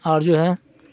اور جو ہے